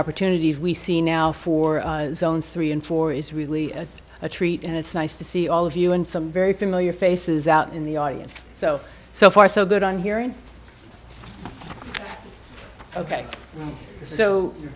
opportunities we see now for zone three and four is really a treat and it's nice to see all of you and some very familiar faces out in the audience so so far so good on hearing ok so you're